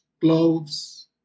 gloves